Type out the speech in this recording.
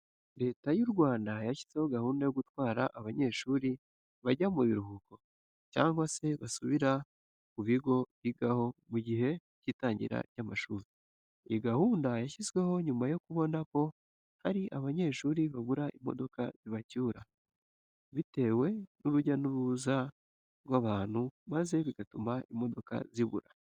Leta y'u Rwanda yashyizeho gahunda yo gutwara abanyeshuri bajya mu biruhuko cyangwa se basubira ku bigo bigaho mu gihe cy'itangira ry'amashuri. Iyi gahunda yashyizweho nyuma yo kubona ko hari abanyeshuri babura imodoka zibacyura, bitewe n'urujya n'uruza rw'abantu maze bigatuma imodoka zibura.